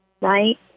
right